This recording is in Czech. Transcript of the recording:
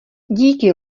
díky